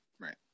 Right